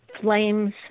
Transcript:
Flames